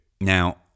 Now